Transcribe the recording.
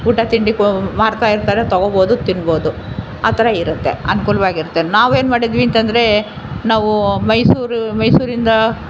ಊಟ ತಿಂಡಿ ಕೊ ಮಾಡ್ತಾಯಿರ್ತಾರೆ ತೊಗೊಳ್ಬೋದು ತಿನ್ಬೋದು ಆ ಥರ ಇರುತ್ತೆ ಅನ್ಕೂಲ್ವಾಗಿರತ್ತೆ ನಾವೇನು ಮಾಡಿದ್ದೀವಿ ಅಂತಂದರೆ ನಾವು ಮೈಸೂರು ಮೈಸೂರಿಂದ